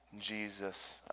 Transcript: Jesus